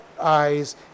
eyes